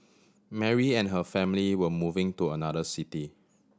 Mary and her family were moving to another city